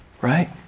right